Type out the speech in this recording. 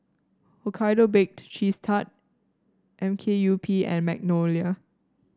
Hokkaido Baked Cheese Tart M K U P and Magnolia